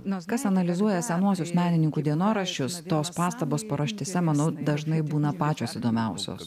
kas analizuoja senuosius menininkų dienoraščius tos pastabos paraštėse manau dažnai būna pačios įdomiausios